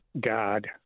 God